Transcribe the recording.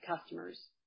customers